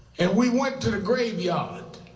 and we went to the graveyard.